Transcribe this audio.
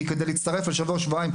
כי כדי להצטרף לשבוע-שבועיים,